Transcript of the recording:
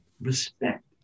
respect